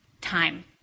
time